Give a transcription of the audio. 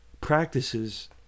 practices